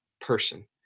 person